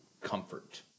comfort